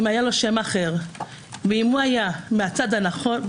אם היה לו שם אחר ואם הוא היה מהצד הנכון,